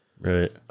Right